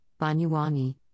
Banyuwangi